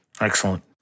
Excellent